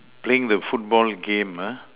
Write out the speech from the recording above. playing the football game uh